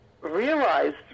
realized